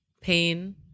pain